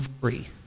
free